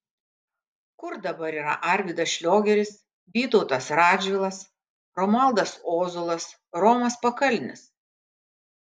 kur dabar yra arvydas šliogeris vytautas radžvilas romualdas ozolas romas pakalnis